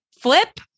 flip